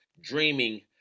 dreaming